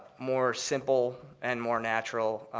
more simple, and more natural,